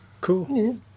Cool